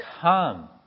come